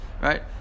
right